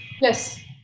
Yes